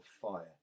fire